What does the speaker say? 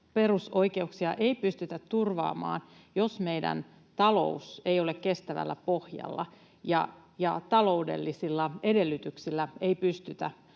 perusoikeuksia ei pystytä turvaamaan, jos meidän talous ei ole kestävällä pohjalla ja taloudellisilla edellytyksillä ei pystytä